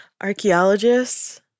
Archaeologists